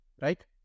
right